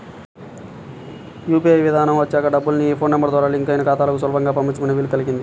UPI విధానం వచ్చాక డబ్బుల్ని ఫోన్ నెంబర్ ద్వారా లింక్ అయిన ఖాతాలకు సులభంగా పంపించుకునే వీలు కల్గింది